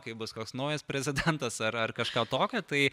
kai bus koks naujas precedentas ar ar kažką tokio tai